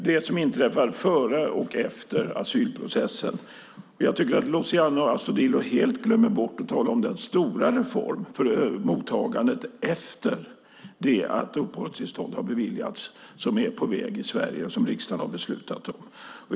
Det som inträffar före och efter asylprocessen hänger ihop. Luciano Astudillo glömmer helt bort att tala om den stora reform för mottagandet efter det att uppehållstillstånd har beviljats som är på väg i Sverige och som riksdagen har beslutat om.